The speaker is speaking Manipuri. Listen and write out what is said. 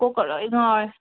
ꯀꯣꯛꯀ ꯂꯣꯏ ꯉꯥꯎꯔꯦ